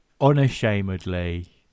unashamedly